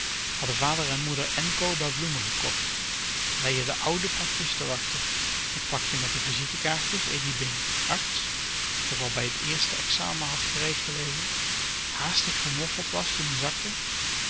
hadden vader en moeder èn coba bloemen gekocht leien de oude pakjes te wachten het pakje met de visitekaartjes e d i b i n g a r t s dat al bij het éérste examen had gereed gelegen haastig vermoffeld was toen ie zakte